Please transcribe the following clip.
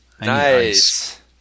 Nice